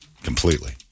Completely